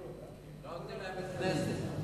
לא נותנים להם בית-כנסת.